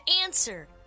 answer